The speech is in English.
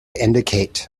indicate